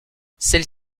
celle